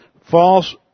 false